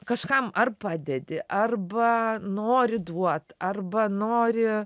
kažkam ar padedi arba nori duot arba nori